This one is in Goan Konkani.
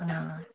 आं